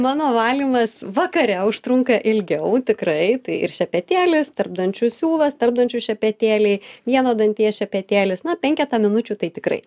mano valymas vakare užtrunka ilgiau tikrai tai ir šepetėlis tarpdančių siūlas tarpdančių šepetėliai vieno danties šepetėlis na penketą minučių tai tikrai